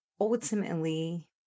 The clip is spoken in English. ultimately